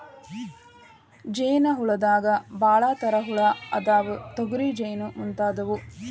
ಜೇನ ಹುಳದಾಗ ಭಾಳ ತರಾ ಹುಳಾ ಅದಾವ, ತೊಗರಿ ಜೇನ ಮುಂತಾದವು